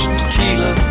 tequila